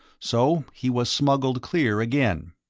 so he was smuggled clear again.